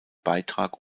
beitrag